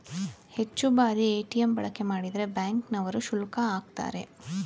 ಹೆಚ್ಚು ಬಾರಿ ಎ.ಟಿ.ಎಂ ಬಳಕೆ ಮಾಡಿದ್ರೆ ಬ್ಯಾಂಕ್ ನವರು ಶುಲ್ಕ ಆಕ್ತರೆ